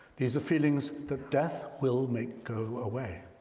these are feelings that death will make go away.